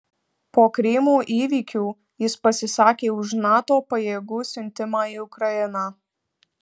po krymo įvykių jis pasisakė už nato pajėgų siuntimą į ukrainą